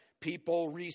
people